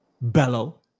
Bellow